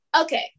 Okay